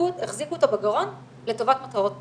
החזיקו אותו בגרון לטובת מטרות פוליטיות.